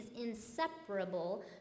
inseparable